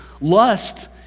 Lust